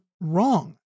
wrong